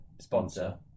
sponsor